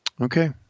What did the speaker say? Okay